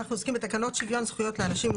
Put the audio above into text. אנחנו עוסקים בתקנות שוויון זכויות לאנשים עם